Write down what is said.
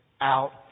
out